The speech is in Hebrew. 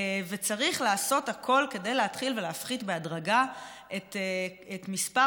וצריך לעשות הכול כדי להפחית בהדרגה את מספר